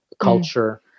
culture